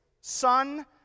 son